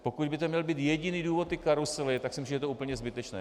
Pokud by to měl být jediný důvod, ty karusely, tak si myslím, že je to úplně zbytečné.